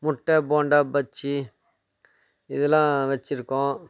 முட்டை போண்டா பஜ்ஜி இதெல்லாம் வச்சிருக்கோம்